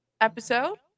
episode